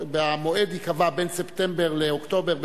המועד ייקבע בין ספטמבר לאוקטובר,